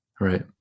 right